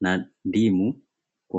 na ndimu.